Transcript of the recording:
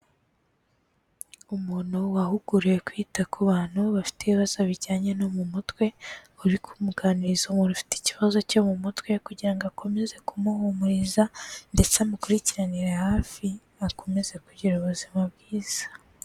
Umuntu wahuguriwe kwita ku bantu bafite ibibazo bijyanye no mu mutwe, uri kumuganiriza umuntu ufite ikibazo cyo mu mutwe, kugira akomeze kumuhumuriza ndetse amukurikiranire hafi, akomeze kugira ubuzima bwiza.